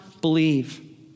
believe